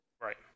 Right